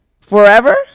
forever